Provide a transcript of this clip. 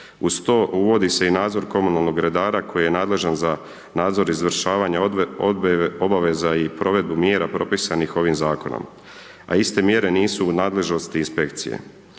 Uz to, uvodi se i nadzor komunalnog redara koji je nadležan za nadzor izvršavanja obaveza i provedbu mjera propisanih ovim Zakonom, a iste mjere nisu u nadležnosti inspekcije.